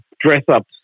dress-ups